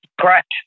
Correct